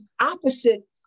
opposite